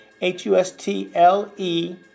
H-U-S-T-L-E